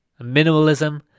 Minimalism